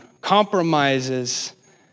Compromises